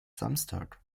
samstag